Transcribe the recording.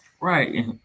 right